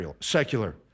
secular